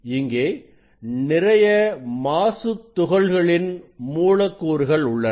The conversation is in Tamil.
இங்கே நிறைய மாசுத் துகள்களின் மூலக்கூறுகள் உள்ளன